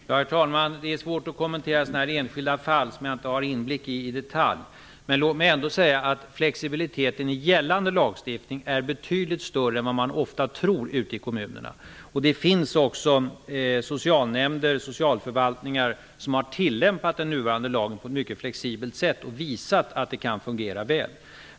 Herr talman! Det är svårt att kommentera enskilda fall som jag inte har inblick i. Men låt mig ändå säga att flexibiliteten i gällande lagstiftning är betydligt större än vad man ofta tror ute i kommunerna. Det finns också socialnämnder och socialförvaltningar som har tillämpat den nuvarande lagen på ett mycket flexibelt sätt och visat att det kan fungera väl.